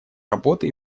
работы